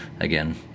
again